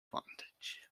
advantage